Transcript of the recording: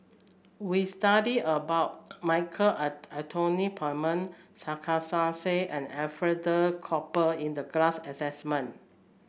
we studied about Michael Anthony Palmer Sarkasi Said and Alfred Duff Cooper in the class assessment